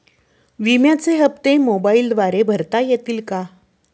विम्याचे हप्ते मोबाइलद्वारे भरता येतील का?